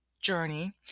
journey